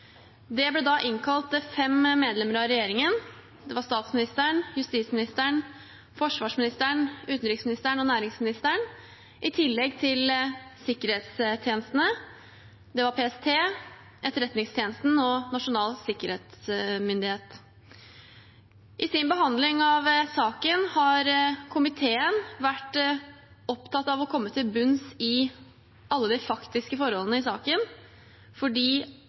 Det ble da innkalt fem medlemmer av regjeringen, statsministeren, justisministeren, forsvarsministeren, utenriksministeren og næringsministeren, i tillegg til sikkerhetstjenestene, som var PST, Etterretningstjenesten og Nasjonal sikkerhetsmyndighet. I sin behandling av saken har komiteen vært opptatt av å komme til bunns i alle de faktiske forholdene i saken fordi